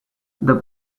the